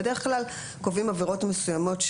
בדרך כלל קובעים עבירות מסוימות,